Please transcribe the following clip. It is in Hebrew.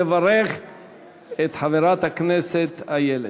לברך את חברת הכנסת איילת.